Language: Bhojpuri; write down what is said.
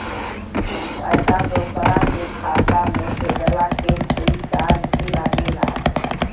पैसा दोसरा के खाता मे भेजला के कोई चार्ज भी लागेला?